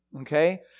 okay